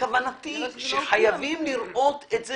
כוונתי היא שחייבים לראות את זה